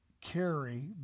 carry